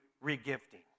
re-gifting